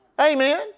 Amen